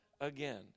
again